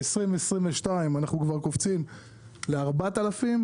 ב-2022 אנחנו כבר קופצים ל-4,000.